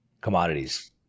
commodities